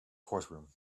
courtroom